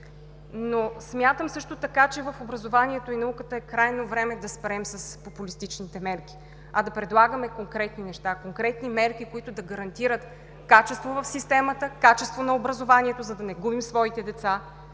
Но смятам също така, че в образованието и науката е крайно време да спрем с популистичните мерки, а да предлагаме конкретни неща, конкретни мерки, които да гарантират качество в системата, качество на образованието, за да не губим своите деца.